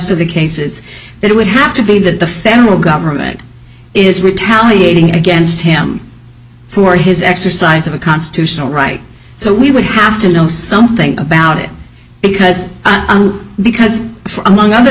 of the cases that it would have to be that the federal government is retaliating against him for his exercise of a constitutional right so we would have to know something about it because because among other